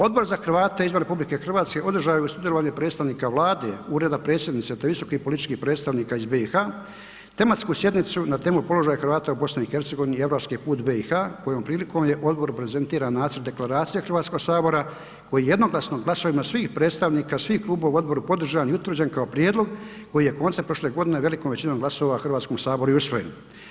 Odbor za Hrvate izvan RH održao je uz sudjelovanje predstavnika Vlade, Ureda predsjednice te visokih političkih predstavnika iz BiH tematsku sjednicu na temu Položaj Hrvata u BiH i europski put BiH, kojom prilikom je odboru prezentiran nacrt deklaracije Hrvatskog sabora koji je jednoglasno glasovima svih predstavnika svih klubova u odboru podržan i utvrđen kao prijedlog koji je koncem prošle godine velikom većinom glasova u Hrvatskom saboru i usvojen.